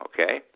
okay